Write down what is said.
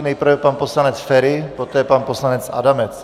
Nejprve pan poslanec Feri, poté pan poslanec Adamec.